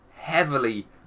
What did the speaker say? Heavily